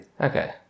Okay